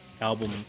album